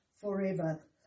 forever